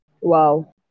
Wow